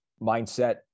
mindset